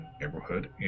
neighborhood